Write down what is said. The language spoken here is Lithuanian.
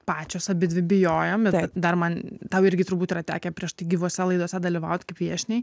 pačios abidvi bijojom ir taip dar man tau irgi turbūt yra tekę prieš tai gyvose laidose dalyvaut kaip viešniai